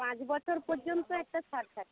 পাঁচ বছর পর্যন্ত একটা ছাড় থাকে